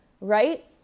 right